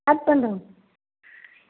cut பண்ணிடுங்க